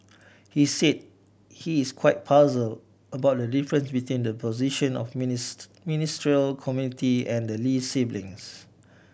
he said he is quite puzzled about the difference between the position of Ministerial Committee and Lee siblings